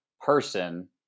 person